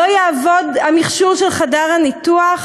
לא יעבוד המכשור של חדר הניתוח?